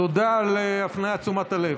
תודה על הפניית תשומת הלב.